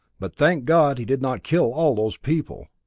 but thank god he did not kill all those people.